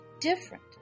different